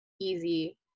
easy